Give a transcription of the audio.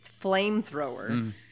flamethrower